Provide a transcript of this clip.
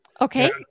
Okay